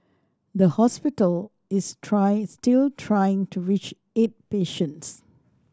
the hospital is trying still trying to reach eight patients